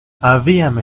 habíame